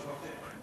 זה משהו אחר.